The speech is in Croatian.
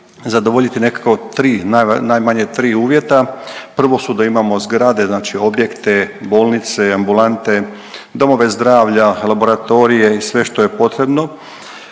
zadovoljiti nekakva tri, najmanje tri uvjeta. Prvo su da imamo zgrade, znači objekte, bolnice, ambulante, domove zdravlja, laboratorije i sve što je potrebno.